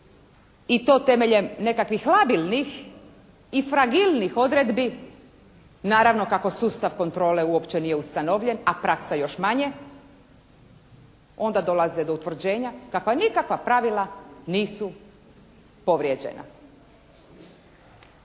i to temeljem nekakvih labilnih, i fragilnih odredbi naravno kako sustav kontrole uopće nije ustanovljen, a praksa još manje onda dolaze do utvrđenja. Dakle nikakva pravila nisu povrijeđena.